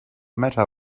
matter